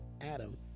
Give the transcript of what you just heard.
Adam